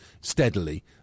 steadily